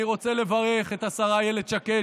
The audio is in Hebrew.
אני רוצה לברך את השרה אילת שקד,